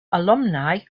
alumni